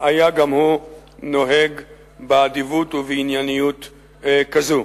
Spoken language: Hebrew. היה גם הוא נוהג באדיבות ובענייניות כזאת.